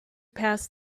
past